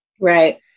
Right